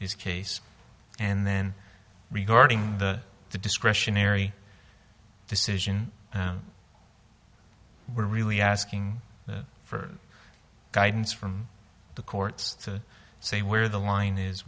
his case and then regarding the discretionary decision we're really asking for guidance from the courts to say where the line is